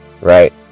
right